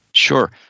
Sure